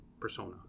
persona